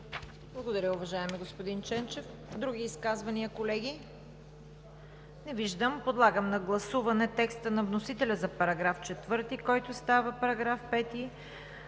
Благодаря, уважаеми господин Ченчев. Други изказвания, колеги? Не виждам. Подлагам на гласуване текста на вносителя за § 4, който става § 5